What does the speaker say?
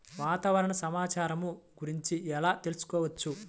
వాతావరణ సమాచారము గురించి ఎలా తెలుకుసుకోవచ్చు?